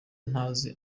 ntazi